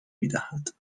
میدهد